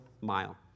Mile